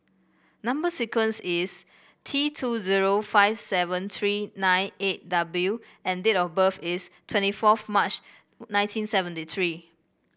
number sequence is T two zero five seven three nine eight W and date of birth is twenty fourth March nineteen seventy three